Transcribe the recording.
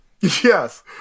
Yes